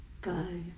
go